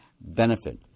benefit